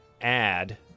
add